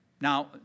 Now